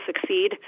succeed